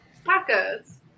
Tacos